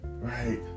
right